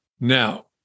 Now